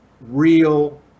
real